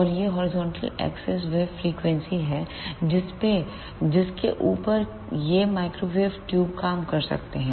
और यह horizontal axis वह फ्रीक्वेंसी हैं जिनके ऊपर ये माइक्रोवेव ट्यूब काम कर सकती हैं